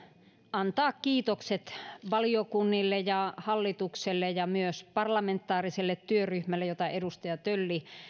antaa kiitokset valiokunnille ja hallitukselle ja myös parlamentaariselle työryhmälle jota edustaja tölli